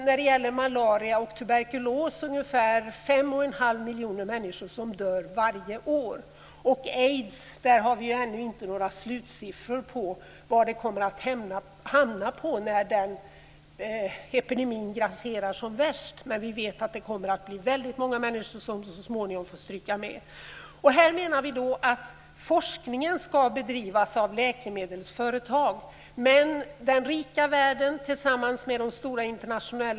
När det gäller malaria och tuberkulos rör det sig om ungefär 51⁄2 miljoner människor som dör varje år. Vad gäller aids har vi ännu inte några slutsiffror på var det kommer att hamna när epidemin grasserar som värst.